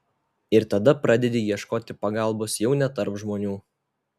ir tada pradedi ieškoti pagalbos jau ne tarp žmonių